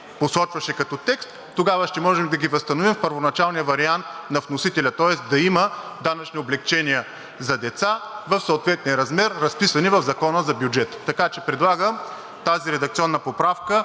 посочваше като текст, тогава ще можем да ги възстановим в първоначалния вариант на вносителя. Тоест да има данъчни облекчения за деца в съответния размер, разписани в Закона за бюджета. Така че предлагам тази редакционна поправка,